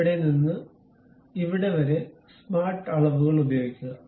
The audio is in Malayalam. ഇവിടെ നിന്ന് ഇവിടെ വരെ സ്മാർട്ട് അളവുകൾ ഉപയോഗിക്കുക